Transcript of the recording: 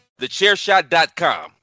TheChairShot.com